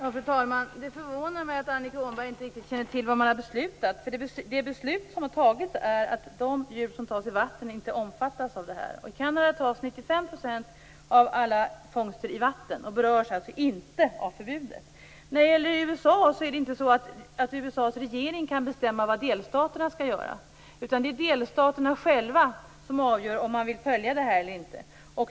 Fru talman! Det förvånar mig att Annika Åhnberg inte riktigt känner till vad som har beslutats. Det beslut som har fattats är ju att de djur som fångas i vatten inte omfattas av beslutet. I Kanada sker 95 % av alla fångster i vatten; de berörs alltså inte av förbudet. I USA är det inte så att USA:s regering kan bestämma vad delstaterna skall göra, utan delstaterna avgör själva om avtalet i fråga skall följas eller inte.